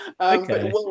okay